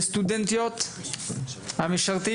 לסטודנטיות המשרתים